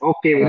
Okay